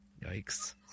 Yikes